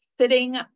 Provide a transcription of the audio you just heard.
sitting